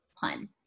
Pun